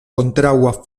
kontraŭa